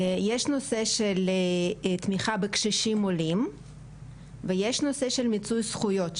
יש נושא של תמיכה בקשישים עולים ויש נושא של מיצוי זכויות,